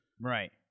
Right